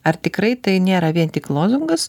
ar tikrai tai nėra vien tik lozungas